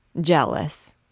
Jealous